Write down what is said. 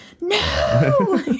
no